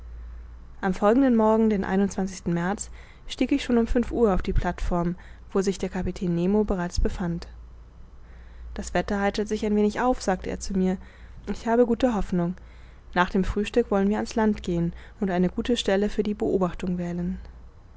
am folgenden morgen den märz stieg ich schon um fünf uhr auf die plateform wo sich der kapitän nemo bereits befand das wetter heitert sich ein wenig auf sagte er zu mir ich habe gute hoffnung nach dem frühstück wollen wir an's land gehen und eine gute stelle für die beobachtung wählen